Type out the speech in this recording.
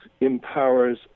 empowers